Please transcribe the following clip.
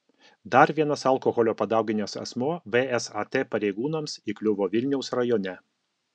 dar vienas alkoholio padauginęs asmuo vsat pareigūnams įkliuvo vilniaus rajone